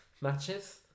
Matches